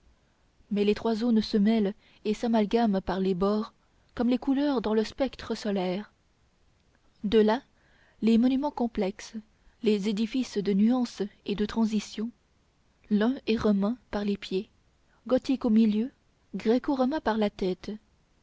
mais les trois zones se mêlent et s'amalgament par les bords comme les couleurs dans le spectre solaire de là les monuments complexes les édifices de nuance et de transition l'un est roman par les pieds gothique au milieu gréco romain par la tête